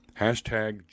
Hashtag